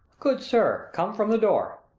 good sir, come from the door.